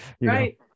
Right